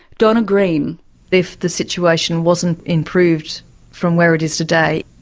donna green if the situation wasn't improved from where it is today,